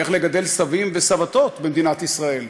איך לגדל סבים וסבתות במדינת ישראל,